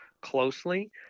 Closely